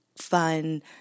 fun